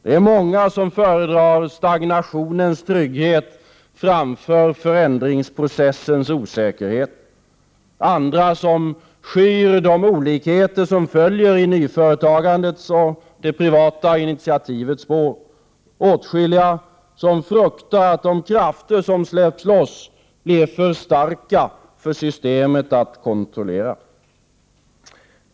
Det är många som föredrar stagnationens trygghet framför förändringsprocessens osäkerhet, andra skyr de olikheter som följer i nyföretagandets och det privata initiativets spår och åtskilliga fruktar att de krafter som släpps loss blir för starka för systemet att kontrollera.